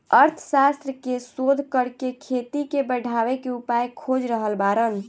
अर्थशास्त्र के शोध करके खेती के बढ़ावे के उपाय खोज रहल बाड़न